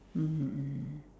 mmhmm mm